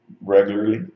regularly